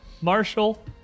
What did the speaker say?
Marshall